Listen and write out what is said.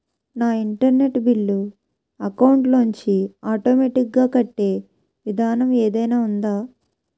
నా internet bill account లోంచి automatic గా కట్టే విధానం ఏదైనా ఉందా?